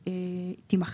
תימחק.